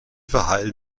verhalten